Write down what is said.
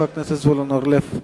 חבר הכנסת זבולון אורלב,